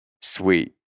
sweet